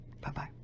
bye-bye